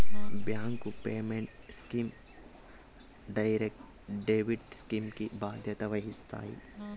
bank payment schemes direct debit scheme కి బాధ్యత వహిస్తాయి